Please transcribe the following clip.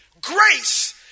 grace